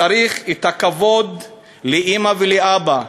צריך לתת כבוד לאימא ולאבא.